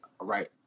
right